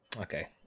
Okay